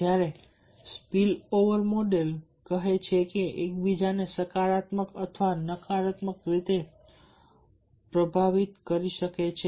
જ્યારે spillover model બોલે છે કે એક બીજાને સકારાત્મક અથવા નકારાત્મક રીતે પ્રભાવિત કરી શકે છે